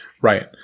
Right